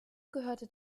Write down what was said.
gehört